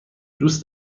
دوست